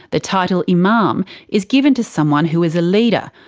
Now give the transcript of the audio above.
the title imam is given to someone who is a leader,